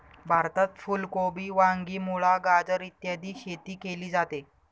भारतात फुल कोबी, वांगी, मुळा, गाजर इत्यादीची शेती केली जाते